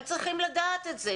הם צריכים לדעת את זה.